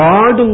God